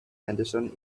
henderson